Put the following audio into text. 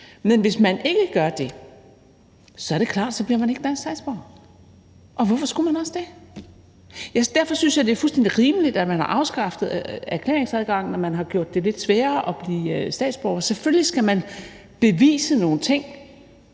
Men hvis man ikke gør det, er det klart, at man ikke bliver dansk statsborger, og hvorfor skulle man også blive det? Derfor synes jeg, det er fuldstændig rimeligt, at man har afskaffet erklæringsadgangen og man har gjort det lidt sværere at blive statsborger. Selvfølgelig skal man bevise nogle ting